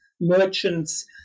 merchants